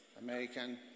American